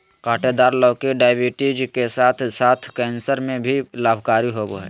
काँटेदार लौकी डायबिटीज के साथ साथ कैंसर में भी लाभकारी होबा हइ